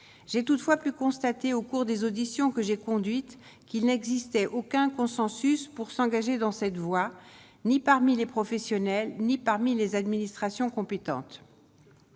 j'ai toutefois plus constater au cours des auditions que j'ai conduite qu'il n'existait aucun consensus pour s'engager dans cette voie, ni parmi les professionnels, ni parmi les administrations compétentes